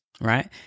Right